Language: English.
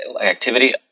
activity